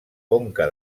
conca